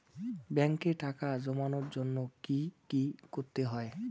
ব্যাংকে টাকা জমানোর জন্য কি কি করতে হয়?